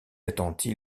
attendit